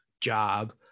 job